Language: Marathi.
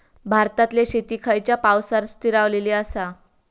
भारतातले शेती खयच्या पावसावर स्थिरावलेली आसा?